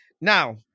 now